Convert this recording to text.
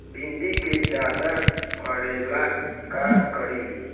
भिंडी के ज्यादा फरेला का करी?